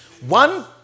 One